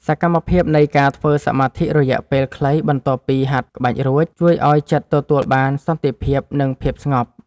សកម្មភាពនៃការធ្វើសមាធិរយៈពេលខ្លីបន្ទាប់ពីហាត់ក្បាច់រួច ជួយឱ្យចិត្តទទួលបានសន្តិភាព និងភាពស្ងប់។